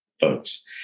folks